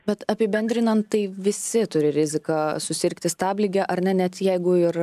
bet apibendrinan tai visi turi riziką susirgti stablige ar ne net jeigu ir